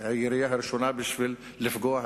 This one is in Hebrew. הירייה הראשונה בשביל לפגוע,